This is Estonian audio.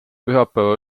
pühapäeva